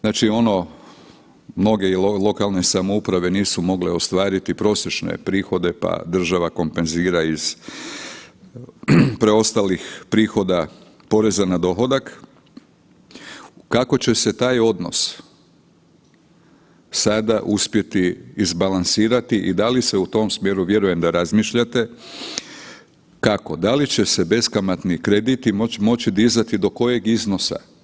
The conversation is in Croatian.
Znači mnoge lokalne samouprave nisu mogle ostvariti prosječne prihode pa država kompenzira iz preostalih prihoda poreza na dohodak, kako će se taj odnos sada uspjeti izbalansirati i da li se u tom smjeru, vjerujem da razmišljate, kako će da li će se beskamatni krediti moći dizati do kojeg iznosa?